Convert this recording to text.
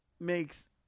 makes